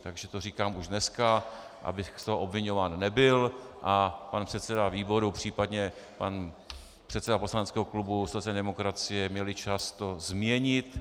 Takže to říkám už dneska, abych z toho obviňován nebyl a pan předseda výboru, případně pan předseda poslaneckého klubu sociální demokracie měli čas to změnit.